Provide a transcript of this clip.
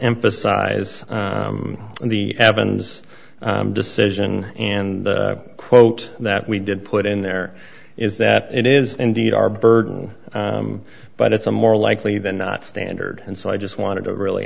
emphasize the evans decision and quote that we did put in there is that it is indeed our burden but it's a more likely than not standard and so i just wanted to really